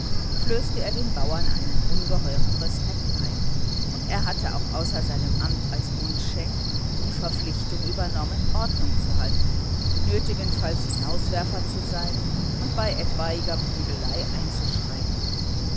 flößte er den bauern einen ungeheuren respekt ein und er hatte auch außer seinem amt als mundschenk die verpflichtung übernommen ordnung zu halten nötigenfalls hinauswerfer zu sein und bei etwaiger prügelei einzuschreiten